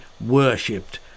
worshipped